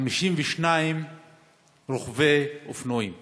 52 רוכבי אופנועים,